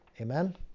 Amen